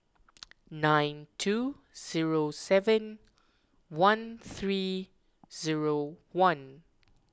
nine two zero seven one three zero one